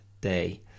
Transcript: day